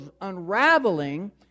unraveling